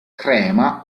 crema